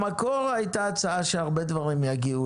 במקור הייתה הצעה שהרבה דברים יגיעו